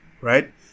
right